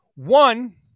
One